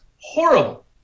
horrible